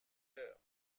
heures